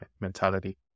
mentality